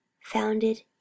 founded